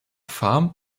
farm